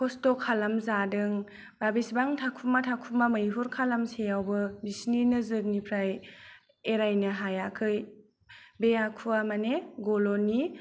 खस्थ' खालाम जादों बा बेसेबां थाखुमा थाखुमा मैहुर खालामसेयावबो बिसोरनि नोजोरनिफ्राय एरायनो हायाखै बे आखुवा मानि गल'नि